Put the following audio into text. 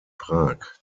prag